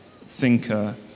thinker